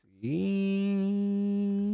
see